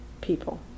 people